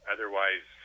Otherwise